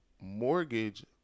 mortgage